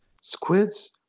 squids